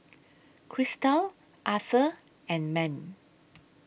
Kristal Arthur and Mame